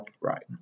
Right